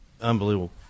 Unbelievable